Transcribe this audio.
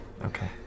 Okay